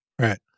Right